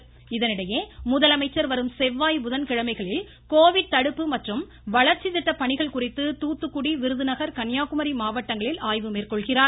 முதலமைச்சர் பயணம் இதனிடையே முதலமைச்சர் வரும் செவ்வாய் புதன்கிழமைகளில் கோவிட் தடுப்பு மற்றும் வளர்ச்சி திட்டப்பணிகள் குறித்து தூத்துக்குடி விருதுநகர் கன்னியாகுமரி மாவட்டங்களில் ஆய்வு மேற்கொள்கிறார்